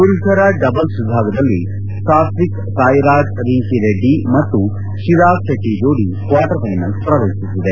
ಪುರುಪರ doubles ವಿಭಾಗದಲ್ಲಿ Satwik Sairaj Rankireddy ಮತ್ತು ಚಿರಾಗ್ ಶೆಟ್ಟ ಜೋಡಿ ಕ್ವಾರ್ಟರ್ ಫೈನಲ್ಸ್ ಪ್ರವೇಶಿಸಿದೆ